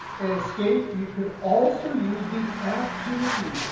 escape. you can also use the f two key.